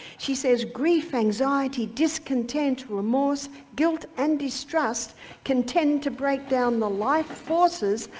she says grief, anxiety, discontent, remorse, guilt, and distrust can tend to break down the life forces,